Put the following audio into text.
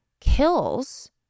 kills